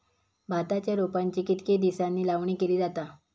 भाताच्या रोपांची कितके दिसांनी लावणी केली जाता?